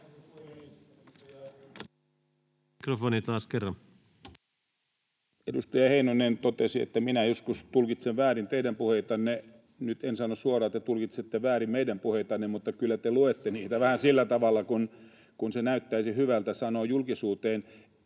mikrofonin ollessa suljettuna] Edustaja Heinonen totesi, että minä joskus tulkitsen väärin teidän puheitanne. Nyt en sano suoraan, että tulkitsette väärin meidän puheitamme, mutta kyllä te luette niitä [Timo Heinonen: Se oli kirjallinen kysymys!] vähän sillä tavalla kuin se näyttäisi hyvältä sanoa julkisuuteen.